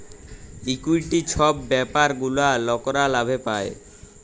equity ছব ব্যাপার গুলা লকরা লাভে পায়